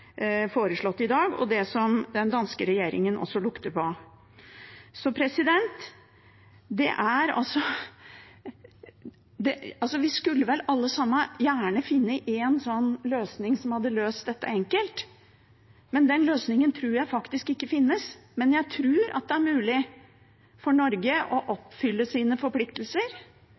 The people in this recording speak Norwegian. foreslått i dag, og det som den danske regjeringen lukter på. Vi skulle vel alle sammen gjerne finne en løsning som hadde løst dette enkelt, men den løsningen tror jeg faktisk ikke finnes. Men jeg tror det er mulig for Norge å oppfylle sine forpliktelser,